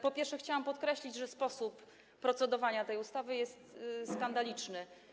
Po pierwsze, chciałam podkreślić, że sposób procedowania nad tą ustawą jest skandaliczny.